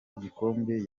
igikombe